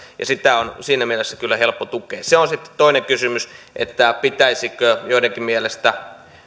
ja sitä on siinä mielessä kyllä helppo tukea se on sitten toinen kysymys että pitäisikö joidenkin mielestä